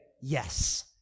yes